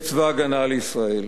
והנחה את צבא-הגנה לישראל: